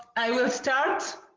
i will start!